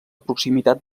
proximitat